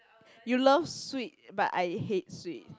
you love sweet but I hate sweet